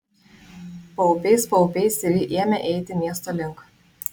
paupiais paupiais ir ji ėmė eiti miesto link